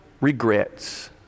regrets